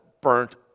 burnt